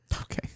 Okay